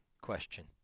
question